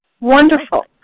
Wonderful